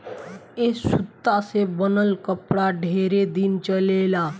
ए सूता से बनल कपड़ा ढेरे दिन चलेला